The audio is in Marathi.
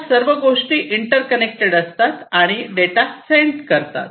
या सर्व गोष्टी इंटरकनेक्टेड असतात आणि डेटा सेंट करतात